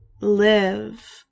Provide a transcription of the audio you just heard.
live